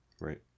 Right